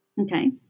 Okay